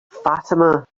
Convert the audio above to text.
fatima